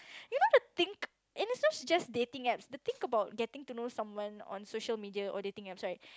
you know the thing and it's nots just dating apps the thing about getting to know someone on social media or dating apps right